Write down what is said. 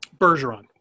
Bergeron